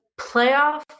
playoff